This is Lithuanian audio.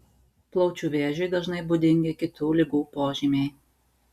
plaučių vėžiui dažnai būdingi kitų ligų požymiai